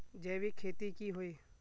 जैविक खेती की होय?